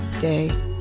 day